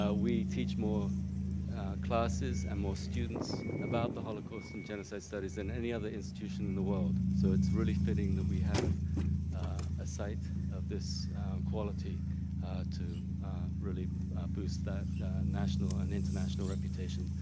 ah we teach more classes and more students about the holocaust and genocide studies than any other institution in the world. so it's really fitting that we have a site of this quality to really boost that national and international reputation.